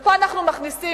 ופה אנחנו מכניסים,